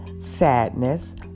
sadness